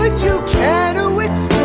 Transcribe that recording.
you can